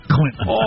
Clinton